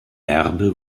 erbe